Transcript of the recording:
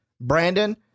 Brandon